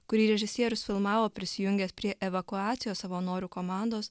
kurį režisierius filmavo prisijungęs prie evakuacijos savanorių komandos